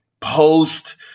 post